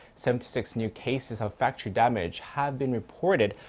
seventy-six new cases of factory damage have been reported.